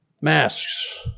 Masks